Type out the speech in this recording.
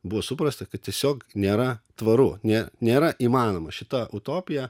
buvo suprasta kad tiesiog nėra tvaru ne nėra įmanoma šita utopija